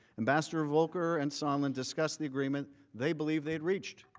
ambassador volker and sondland discussed the agreement they believed they had reached.